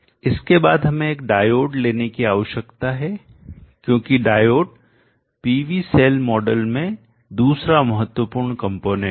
इसके बाद हमें एक डायोड लेने की आवश्यकता है क्योंकि डायोड PV सेल मॉडल में दूसरा महत्वपूर्ण कंपोनेंट है